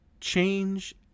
change